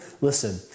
listen